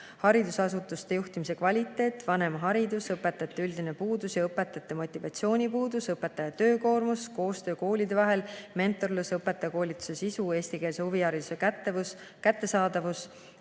haridusasutuste juhtimise kvaliteet, vanemaharidus, õpetajate üldine puudus ja õpetajate motivatsioonipuudus, õpetajate töökoormus, koostöö koolide vahel, mentorlus, õpetajakoolituse sisu, eestikeelse huvihariduse kättesaadavus,